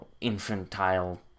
infantile